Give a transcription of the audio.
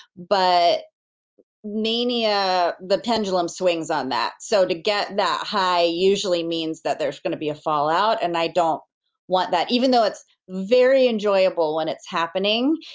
but mania, the pendulum swings on that. so to get that high usually means that there's going to be a fallout, and i don't want that even though it's very enjoyable when it's happening.